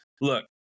look